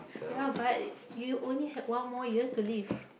ya but you only had one more year to live